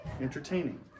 entertaining